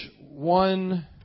one